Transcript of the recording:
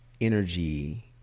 energy